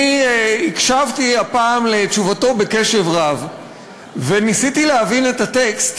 אני הקשבתי הפעם לתשובתו בקשב רב וניסיתי להבין את הטקסט.